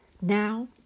Now